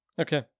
okay